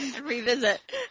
Revisit